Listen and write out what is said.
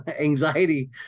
anxiety